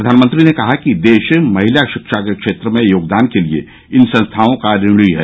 प्रधानमंत्री ने कहा कि देश महिला शिक्षा के क्षेत्र में योगदान के लिए इन संस्थाओं का ऋणी है